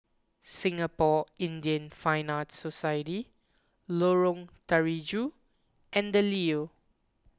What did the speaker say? Singapore Indian Fine Arts Society Lorong Terigu and the Leo